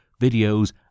videos